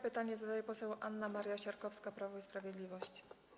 Pytanie zadaje poseł Anna Maria Siarkowska, Prawo i Sprawiedliwość.